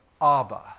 Abba